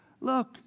Look